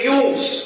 use